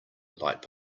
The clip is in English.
light